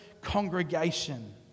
congregation